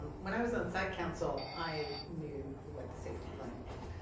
when i was on site council, i knew what the safety plan was.